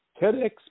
TEDx